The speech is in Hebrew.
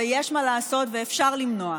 יש מה לעשות ואפשר למנוע.